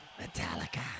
Metallica